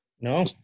No